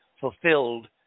fulfilled